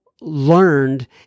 learned